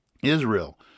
Israel